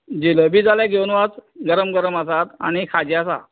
जिलेबी जाल्यार घेवून वच गरम गरम आसात आनी खाजें आसा